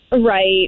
Right